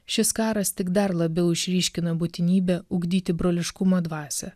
šis karas tik dar labiau išryškina būtinybę ugdyti broliškumo dvasią